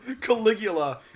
Caligula